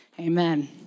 amen